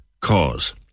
cause